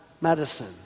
medicine